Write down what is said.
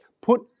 put